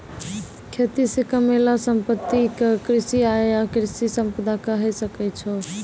खेती से कमैलो संपत्ति क कृषि आय या कृषि संपदा कहे सकै छो